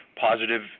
positive